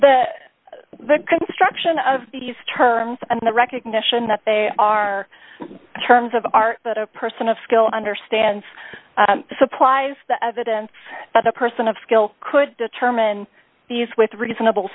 so the construction of these terms and the recognition that they are terms of art but a person of skill understands supplies the evidence that a person of skill could determine these with reasonable